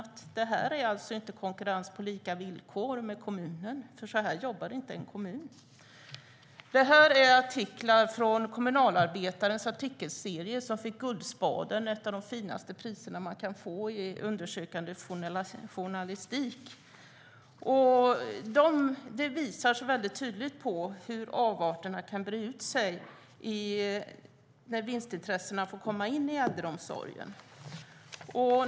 Men det är inte konkurrens på lika villkor med kommunen, för så här jobbar inte en kommun. Det här är artiklar från Kommunalarbetarens artikelserie. Den fick Guldspaden, som är ett av de finaste priser man kan få för undersökande journalistik. De visar tydligt hur avarterna kan breda ut sig när vinstintresset får komma in i äldreomsorgen.